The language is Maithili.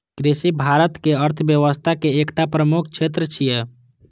कृषि भारतक अर्थव्यवस्था के एकटा प्रमुख क्षेत्र छियै